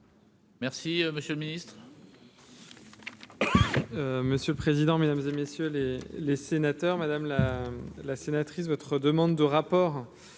Merci, monsieur le Ministre.